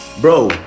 Bro